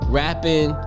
rapping